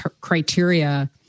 criteria